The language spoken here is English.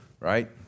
Right